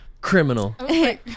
Criminal